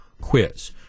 quiz